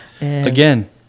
Again